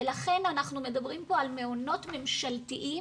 ולכן אנחנו מדברים פה על מעונות ממשלתיים,